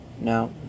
No